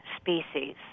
species